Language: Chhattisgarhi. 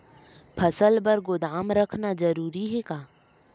फसल बर गोदाम रखना जरूरी हे का?